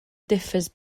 differs